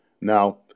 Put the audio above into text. Now